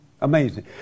Amazing